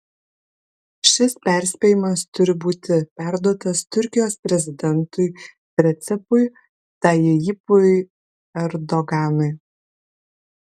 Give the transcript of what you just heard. šis perspėjimas turi būti perduotas turkijos prezidentui recepui tayyipui erdoganui